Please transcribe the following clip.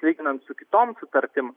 lyginant su kitom sutartim